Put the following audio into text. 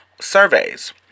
surveys